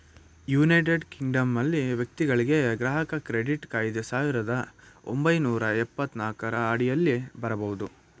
United ಕಿಂಗ್ಡಮ್ನಲ್ಲಿ ವ್ಯಕ್ತಿಗಳ್ಗೆ ಗ್ರಾಹಕ ಕ್ರೆಡಿಟ್ ಕಾಯ್ದೆ ಸಾವಿರದ ಒಂಬೈನೂರ ಎಪ್ಪತ್ತನಾಲ್ಕು ಅಡಿಯಲ್ಲಿ ಬರಬಹುದು